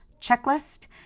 checklist